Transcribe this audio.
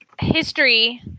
history